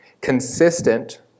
consistent